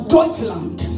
Deutschland